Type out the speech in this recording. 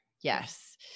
Yes